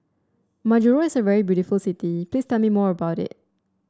Majuro is a very beautiful city please tell me more about it